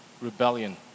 rebellion